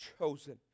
chosen